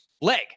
leg